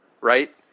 right